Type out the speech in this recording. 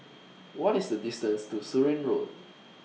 What IS The distance to Surin Road